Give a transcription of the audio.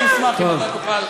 אני אשמח אם אתה תוכל,